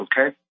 okay